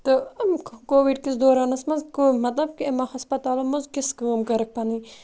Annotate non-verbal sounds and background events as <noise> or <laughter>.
تہٕ کووِڈ کِس دورانَس منٛز <unintelligible> مطلب کہِ یِمَن ہَسپَتالَن منٛز کِژھ کٲم کٔرٕکھ پَنٕنۍ